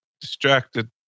distracted